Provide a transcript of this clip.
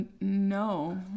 no